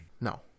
No